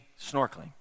snorkeling